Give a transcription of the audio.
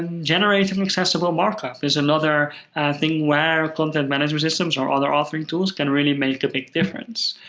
generating accessible markup is another thing where content management systems or other authoring tools can really make a big difference.